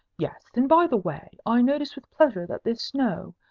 yes. and by the way, i notice with pleasure that this snow,